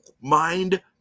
mind